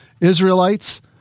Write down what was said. Israelites